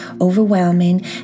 overwhelming